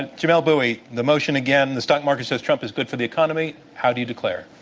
and jamelle bouie, the motion again the stock market says trump is good for the economy. how do you declare?